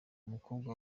umukobwa